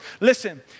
Listen